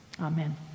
Amen